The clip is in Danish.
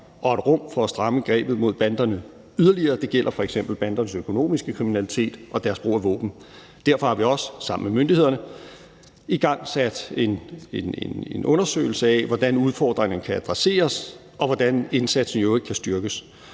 og rum for at stramme grebet mod banderne yderligere. Det gælder f.eks. bandernes økonomiske kriminalitet og deres brug af våben. Derfor har vi også sammen med myndighederne igangsat en undersøgelse af, hvordan udfordringerne kan adresseres, og hvordan indsatsen i øvrigt kan styrkes.